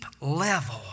level